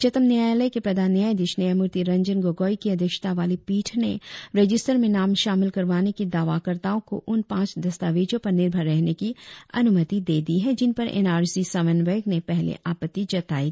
उच्चतम न्यायालय के प्रधान न्यायाधीश न्यायमूर्ति रंजन गोगोई की अध्यक्षता वाली पीठ ने रजिस्टर में नाम शामिल करवाने के दावा कर्ताओं को उन पांच दस्तावेजों पर निर्भर रहने की अनुमति दे दी है जिन पर एन आर सी समनव्यक ने पहले आपत्ति जताई थी